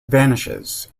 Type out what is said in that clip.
vanishes